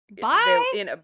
Bye